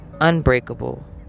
unbreakable